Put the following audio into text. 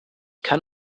kann